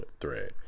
thread